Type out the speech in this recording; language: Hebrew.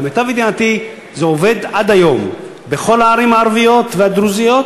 למיטב ידיעתי זה עובד עד היום בכל הערים הערביות והדרוזיות,